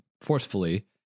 forcefully